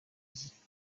zigenda